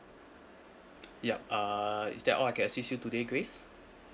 yup uh is that all I can assist you today grace